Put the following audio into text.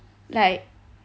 like